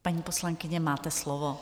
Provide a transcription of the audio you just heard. Paní poslankyně, máte slovo.